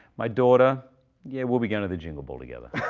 my daughter yeah we'll be going to the jingle ball together.